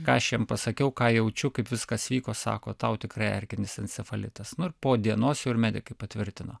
ką aš jiem pasakiau ką jaučiu kaip viskas vyko sako tau tikrai erkinis encefalitas nu ir po dienos jau ir medikai patvirtino